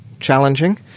challenging